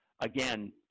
Again